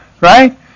right